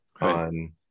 on